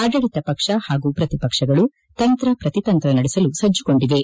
ಆದಳಿತ ಪಕ್ಷ ಹಾಗೂ ಪ್ರತಿ ಪಕ್ಷಗಳು ತಂತ್ರ ಪ್ರತಿತಂತ್ರ ನಡೆಸಲು ಸಜ್ಜುಗೊಂಡಿವೆ